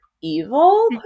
evil